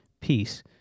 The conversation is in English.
peace